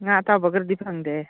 ꯉꯥ ꯑꯇꯥꯎꯕꯒꯗꯤ ꯐꯪꯗꯦ